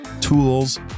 tools